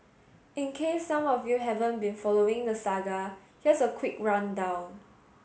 in case some of you haven't been following the saga here's a quick rundown